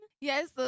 Yes